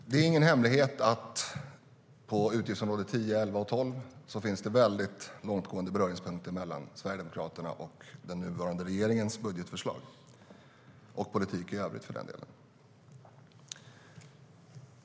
Herr talman! Det är ingen hemlighet att det på utgiftsområdena 10, 11 och 12 finns väldigt långtgående beröringspunkter mellan Sverigedemokraternas och den nuvarande regeringens budgetförslag och politik.